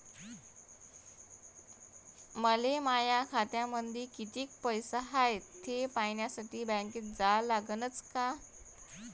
मले माया खात्यामंदी कितीक पैसा हाय थे पायन्यासाठी बँकेत जा लागनच का?